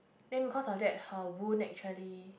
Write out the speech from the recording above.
then because of that her wound actually